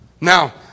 Now